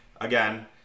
again